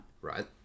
Right